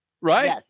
right